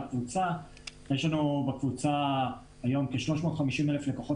האוטו כי או שמחזירים אותו לכביש,